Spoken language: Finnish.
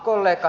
kollega